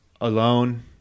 alone